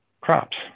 crops